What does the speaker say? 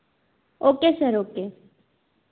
okay sir okay